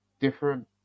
Different